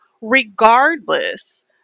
regardless